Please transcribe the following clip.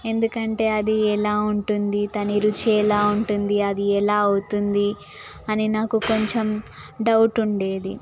ఎందుకంటే అది ఎలా ఉంటుంది దాని రుచి ఎలా ఉంటుంది అది ఎలా అవుతుంది అని నాకు కొంచెం డౌట్ ఉండేది